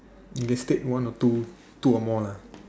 you can state one or two two or more lah